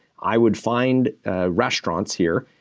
i would find restaurants here,